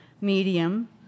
medium